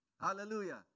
Hallelujah